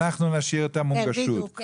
אני עובדת עם כל העמותות,